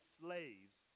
slaves